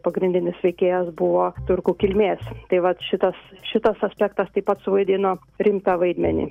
pagrindinis veikėjas buvo turkų kilmės tai vat šitas šitas aspektas taip pat suvaidino rimtą vaidmenį